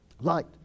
light